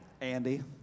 Andy